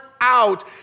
out